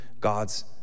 God's